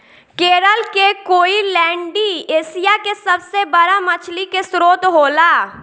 केरल के कोईलैण्डी एशिया के सबसे बड़ा मछली के स्त्रोत होला